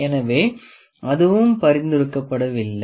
எனவே அதுவும் பரிந்துரைக்கப்படவில்லை